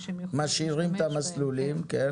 משאירים את המסלולים הקיימים.